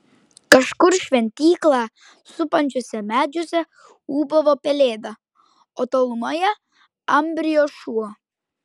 kažkur šventyklą supančiuose medžiuose ūbavo pelėda o tolumoje ambrijo šuo